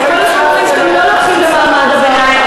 אתם כל הזמן אומרים שאתם לא לוקחים ממעמד הביניים.